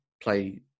play